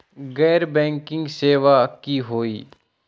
गैर बैंकिंग सेवा की होई?